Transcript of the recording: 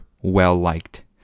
well-liked